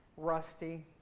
rusty.